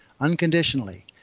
unconditionally